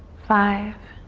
five,